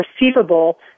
receivable